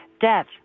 Death